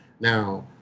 Now